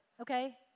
Okay